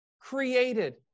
created